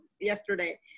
yesterday